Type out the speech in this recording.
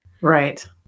Right